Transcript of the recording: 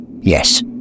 Yes